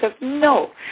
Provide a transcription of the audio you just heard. No